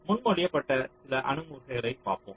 முன்மொழியப்பட்ட சில அணுகுமுறைகளைப் பார்ப்போம்